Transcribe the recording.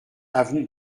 avenue